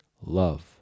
love